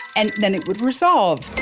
and then it would resolve.